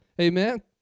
Amen